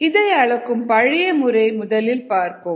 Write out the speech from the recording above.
இதை அளக்கும் பழைய முறையை முதலில் பார்ப்போம்